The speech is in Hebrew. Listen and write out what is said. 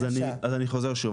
אז אני חוזר שוב,